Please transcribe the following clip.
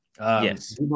yes